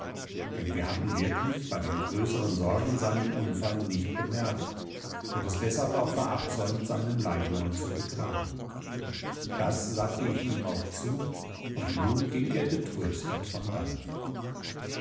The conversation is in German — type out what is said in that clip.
denn wir hatten wirklich bei den größeren sorgen seinen unfall nicht bemerkt und es deshalb auch verabsäumt seinen leichnam zu begraben das sagte ich ihm auch zu und nun ging er getröstet von dannen